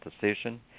decision